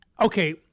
okay